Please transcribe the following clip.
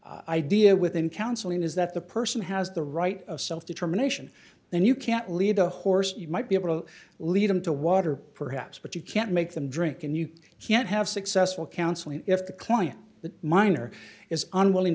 idea within counseling is that the person has the right of self determination and you can't lead a horse you might be able to lead them to water perhaps but you can't make them drink and you can't have successful counseling if the client the minor is unwilling